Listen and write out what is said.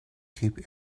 cape